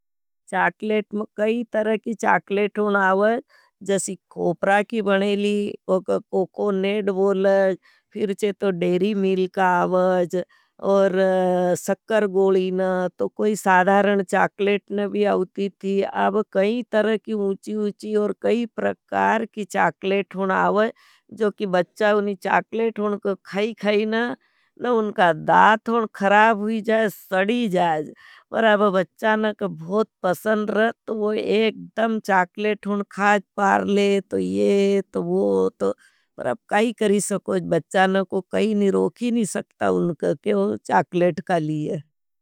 चाकलेट में कई तरह की चाकलेट होना आवज। जसी खोपरा की बनेली, कोकोनेड बोलज, फिर छे तो डेरी मील का आवज। और सक्कर गोलीन, तो कोई साधारन चाकलेटने भी आवती थी। अब कई तरह की उची उची और कई प्रकार की चाकलेट होना आवज। जोकि बच्चा उनी चाकलेट होने को खाई खाई ना, न उनका दाथ होने खराब हुई जाए, सड़ी जाएज। पर अब बच्चाना को बहुत पसंद रहता हो, वो एकड़म चाकलेट होने खाई पार ले, तो ये, तो वो तो, पर अब काई करी सको जी, बच्चाना को काई नी रोखी नी सकता उनका, कि वो चाकलेट काली है।